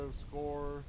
score